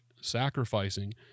sacrificing